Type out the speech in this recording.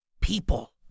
People